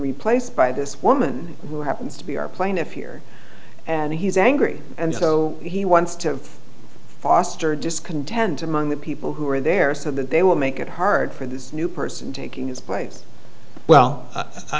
replaced by this woman who happens to be our plaintiff here and he's angry and so he wants to foster discontent among the people who are there so that they will make it hard for this new person taking his place well i